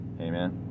Amen